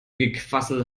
gequassel